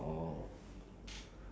like under safety is it